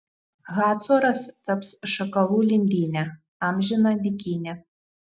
hacoras taps šakalų lindyne amžina dykyne